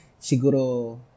Siguro